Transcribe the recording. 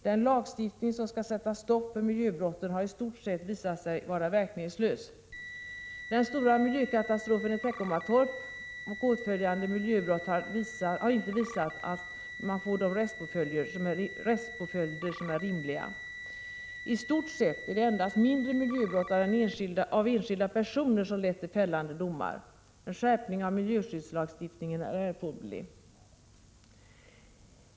Den lagstiftning som skulle sätta stopp för miljöbrotten har i stort sett visat sig vara verkningslös. Den stora miljökatastrofen i Teckomatorp och åtföljande miljöbrott har inte visat sig få de rättspåföljder som är rimliga. I stort sett är det endast mindre miljöbrott av enskilda personer som lett till fällande domar. En skärpning av miljöskyddslagstiftningen är erforderlig.